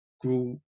grew